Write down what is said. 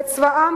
ובצבאם,